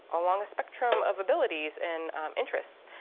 along a spectrum of abilities and interests.